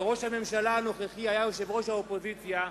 וראש הממשלה הנוכחי היה יושב-ראש האופוזיציה,